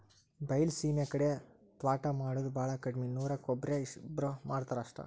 ಬೈಲಸೇಮಿ ಕಡೆ ತ್ವಾಟಾ ಮಾಡುದ ಬಾಳ ಕಡ್ಮಿ ನೂರಕ್ಕ ಒಬ್ಬ್ರೋ ಇಬ್ಬ್ರೋ ಮಾಡತಾರ ಅಷ್ಟ